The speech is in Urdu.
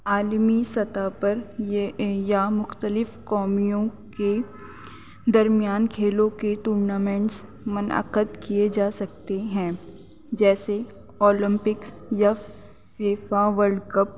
عالمی سطح پر یہ یا مختلف قوموں کے درمیان کھیلوں کے ٹورنامنٹس منعقد کیے جا سکتے ہیں جیسے اولمپکس یا فیفا ورلڈ کپ